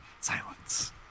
Silence